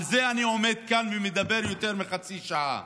על זה אני עומד כאן ומדבר יותר מחצי שעה.